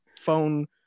phone